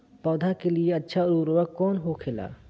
पौधा के लिए अच्छा उर्वरक कउन होखेला?